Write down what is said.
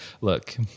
Look